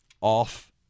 off